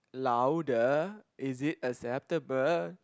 louder is it acceptable